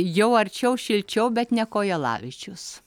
jau arčiau šilčiau bet ne kojelavičius